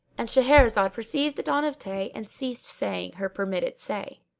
and shahrazad perceived the dawn of day and ceased saying her permitted say.